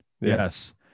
yes